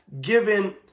given